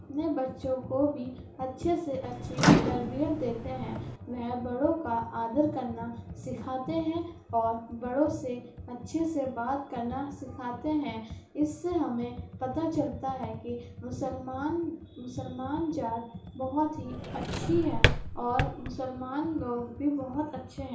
اپنے بچوں کو بھی اچھے سے اچھی تربیت دیتے ہیں وہ بڑوں کا آدر کرنا سکھاتے ہیں اور بڑوں سے اچھے سے بات کرنا سکھاتے ہیں اس سے ہمیں پتہ چلتا ہے کہ مسلمان مسلمان ذات بہت ہی اچھی ہے اور مسلمان لوگ بھی بہت اچھے ہیں